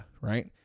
right